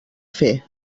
fer